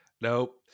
Nope